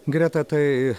greta tai